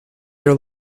are